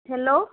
hello